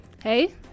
Hey